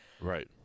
Right